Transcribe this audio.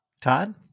Todd